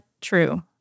true